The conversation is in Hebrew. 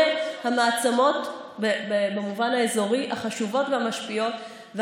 המעצמות החשובות והמשפיעות במובן האזורי,